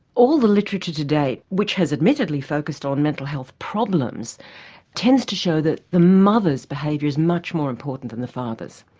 all the literature to date which has admittedly focused on mental health problems tends to show that the mother's behaviour is much more important than the father's.